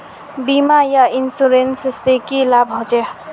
बीमा या इंश्योरेंस से की लाभ होचे?